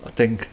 I think